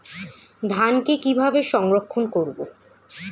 ধানকে কিভাবে সংরক্ষণ করব?